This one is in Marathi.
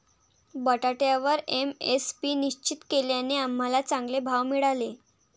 बटाट्यावर एम.एस.पी निश्चित केल्याने आम्हाला चांगले भाव मिळाले